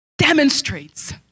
Demonstrates